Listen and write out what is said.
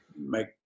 make